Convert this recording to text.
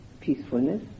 peacefulness